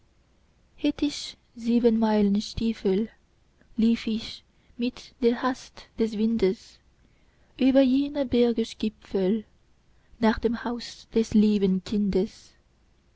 hätt ich siebenmeilenstiefel lief ich mit der hast des windes über jene bergesgipfel nach dem haus des lieben kindes